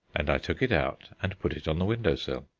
and i took it out and put it on the window-sill.